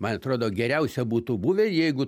man atrodo geriausia būtų buvę jeigu